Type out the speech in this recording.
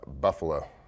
Buffalo